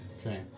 Okay